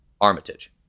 Armitage